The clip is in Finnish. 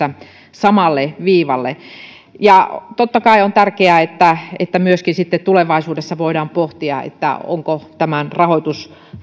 samalle viivalle totta kai on tärkeää että että myöskin sitten tulevaisuudessa voidaan pohtia tuleeko tämän rahoitus